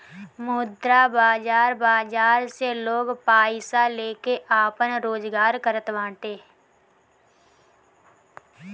मुद्रा बाजार बाजार से लोग पईसा लेके आपन रोजगार करत बाटे